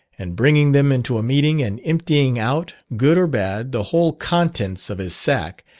and bringing them into a meeting and emptying out, good or bad, the whole contents of his sack,